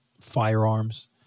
firearms